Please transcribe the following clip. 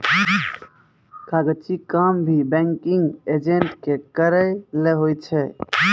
कागजी काम भी बैंकिंग एजेंट के करय लै होय छै